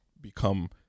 become